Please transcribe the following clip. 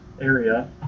area